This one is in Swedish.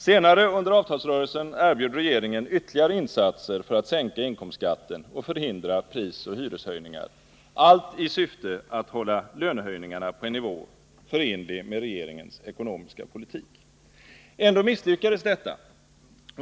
Senare under avtalsrörelsen erbjöd regeringen ytterligare insatser för att sänka inkomstskatten och förhindra prisoch hyreshöjningar, allt i syfte att hålla löneökningarna på en nivå förenlig med regeringens ekonomiska politik. Ändå misslyckades detta.